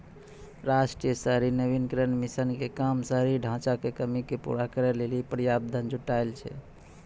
राष्ट्रीय शहरी नवीकरण मिशन के काम शहरी ढांचागत कमी के पूरा करै लेली पर्याप्त धन जुटानाय छै